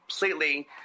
completely